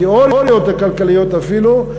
בתיאוריות הכלכליות אפילו,